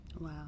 Wow